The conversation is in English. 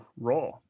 Raw